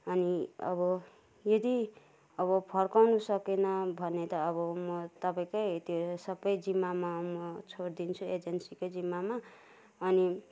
अनि अब येदि अब फर्काउनु सकेन भने त अब म तपाईँकै त्यो सबै जिम्मामा म छोडदिन्छु एजेन्सी कै जिम्मामा अनि